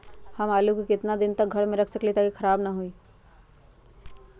हम आलु को कितना दिन तक घर मे रख सकली ह ताकि खराब न होई?